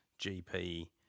GP